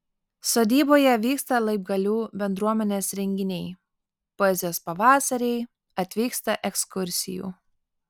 sodyboje vyksta laibgalių bendruomenės renginiai poezijos pavasariai atvyksta ekskursijų